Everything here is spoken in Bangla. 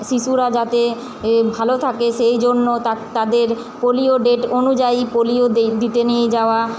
শিশুরা যাতে এ ভালো থাকে সেই জন্য তা তাদের পোলিও ডেট অনুযায়ী পোলিও দিতে নিয়ে যাওয়া